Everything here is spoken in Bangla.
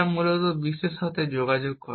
যা মূলত বিশ্বের সাথে যোগাযোগ করে